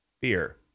beer